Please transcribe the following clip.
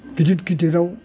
गिदिर गिदिराव